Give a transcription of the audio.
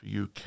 UK